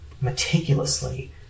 meticulously